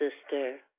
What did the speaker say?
sister